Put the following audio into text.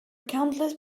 countless